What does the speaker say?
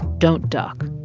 don't duck.